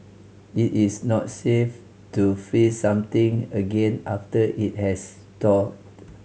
it is not safe to freeze something again after it has thawed